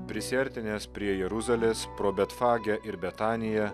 prisiartinęs prie jeruzalės pro betfagę ir betaniją